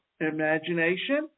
imagination